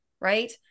right